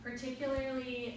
Particularly